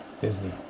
Disney